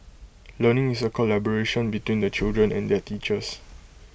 learning is A collaboration between the children and their teachers